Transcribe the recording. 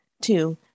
Two